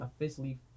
officially